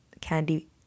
candy